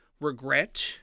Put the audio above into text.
regret